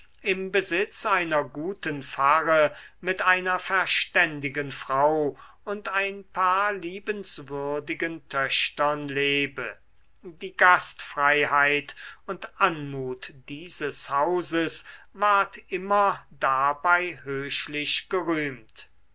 im besitz einer guten pfarre mit einer verständigen frau und ein paar liebenswürdigen töchtern lebe die gastfreiheit und anmut dieses hauses ward immer dabei höchlich gerühmt